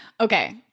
Okay